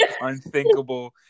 unthinkable